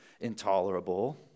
intolerable